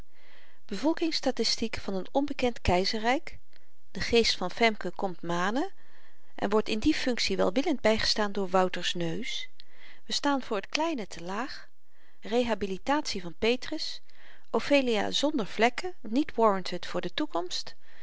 bevolking statistiek van een onbekend keizerryk de geest van femke komt manen en wordt in die funktie welwillend bygestaan door wouters neus we staan voor t kleine te laag rehabilitatie van petrus ophelia zonder vlekken niet warranted voor de toekomst